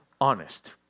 honest